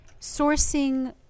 sourcing